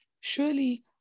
Surely